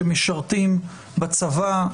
שמשרתים בצבא,